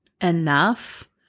enough